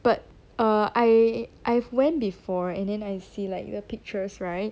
but uh I I've went before and then I see like the pictures right